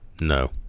No